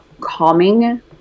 calming